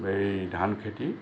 এই ধান খেতি